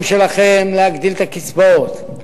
המאמצים שלכם להגדיל את הקצבאות,